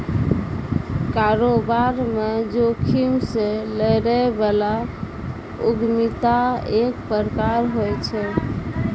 कारोबार म जोखिम से लड़ै बला उद्यमिता एक प्रकार होय छै